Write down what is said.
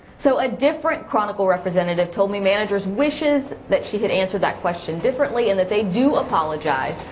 so a different chronicle representative told me managers wishes that she had answered that question differently and that they do apologize.